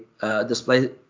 display